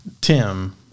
Tim